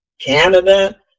Canada